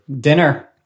Dinner